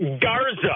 Garza